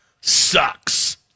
sucks